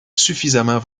suffisamment